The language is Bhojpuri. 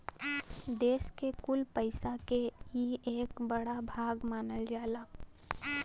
देस के कुल पइसा के ई एक बड़ा भाग मानल जाला